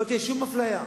לא תהיה שום אפליה.